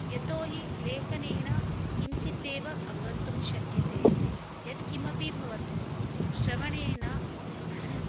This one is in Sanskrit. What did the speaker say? यतोहि लेखनेन किञ्चिदेव अवगन्तुं शक्यते यत् किमपि भवतु श्रवणेन